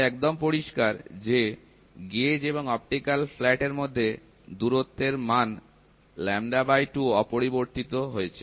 এটা একদম পরিষ্কার যে গেজ এবং অপটিক্যাল ফ্ল্যাটের মধ্যে দূরত্বের মান 2 পরিবর্তিত হয়েছে